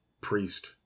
priest